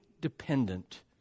dependent